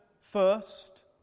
first